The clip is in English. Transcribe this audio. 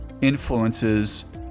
influences